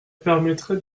permettrait